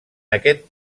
aquest